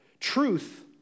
Truth